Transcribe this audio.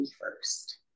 first